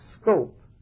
scope